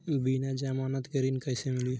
बिना जमानत के ऋण कैसे मिली?